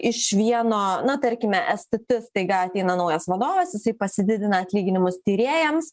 iš vieno na tarkime stt staiga ateina naujas vadovas jisai pasididina atlyginimus tyrėjams